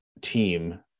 team